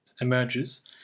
emerges